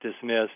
dismissed